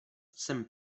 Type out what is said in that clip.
jsem